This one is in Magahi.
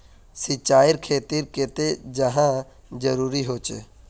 सिंचाईर खेतिर केते चाँह जरुरी होचे?